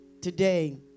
today